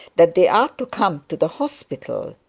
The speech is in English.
that they are to come to the hospital.